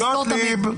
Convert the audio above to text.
תזכור תמיד.